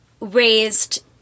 raised